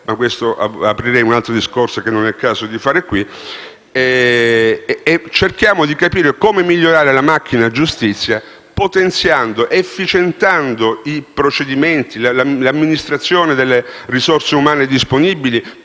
su questo aprirei un'altra discussione che non è il caso di fare qui). Cerchiamo di capire come migliorare la macchina giustizia, potenziando ed efficientando i procedimenti e l'amministrazione delle risorse umane disponibili,